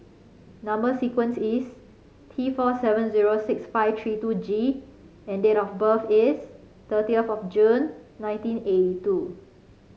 number sequence is T four seven zero six five three two G and date of birth is thirtieth of June nineteen eighty two